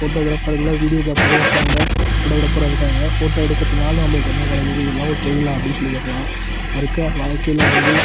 ஃபோட்டோகிராப்பரில் வீடியோகிராப்பரும் இருக்காங்க ஃபோட்டோகிராப்பராக இருக்காங்க ஃபோட்டோ எடுக்கிறதுனால நம்பளுக்கு என்ன கிடைக்கிது இதெலாம் ஒரு தொழிலாக அப்படி சொல்லி கேட்கலாம் இப்போ இருக்க வாழ்க்கையில் வந்து